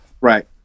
Right